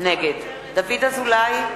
נגד דוד אזולאי,